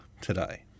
today